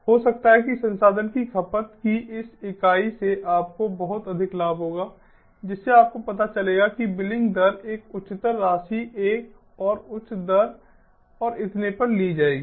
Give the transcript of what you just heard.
हो सकता है कि संसाधन की खपत की इस इकाई से आपको बहुत अधिक लाभ होगा जिससे आपको पता चलेगा कि बिलिंग दर एक उच्चतर राशि एक और उच्च दर और इतने पर ले जाएगी